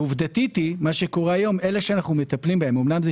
עובדתית אלה שאנחנו מטפלים בהם אמנם זו